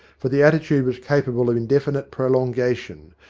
for the attitude was capable of indefinite prolongation,